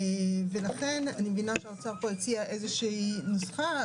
ולכן אני מבינה שהאוצר פה הציע איזושהי נוסחה.